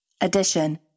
Addition